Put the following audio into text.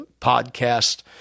podcast